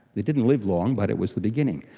that didn't live long but it was the beginning.